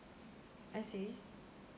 I see